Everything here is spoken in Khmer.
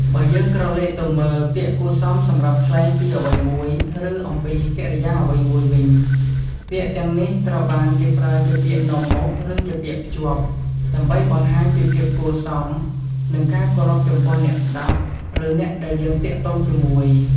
បើយើងក្រឡេកទៅមើល ពាក្យគួរសមសម្រាប់ថ្លែងពីអ្វីមួយ ឬអំពីកិរិយាអ្វីមួយវិញ ពាក្យទាំងនេះត្រូវបានគេប្រើជាពាក្យនាំមុខ ឬជាពាក្យភ្ជាប់ ដើម្បីបង្ហាញពីភាពគួរសម និងការគោរពចំពោះអ្នកស្តាប់ ឬអ្នកដែលយើងទាក់ទងជាមួយ។